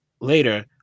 later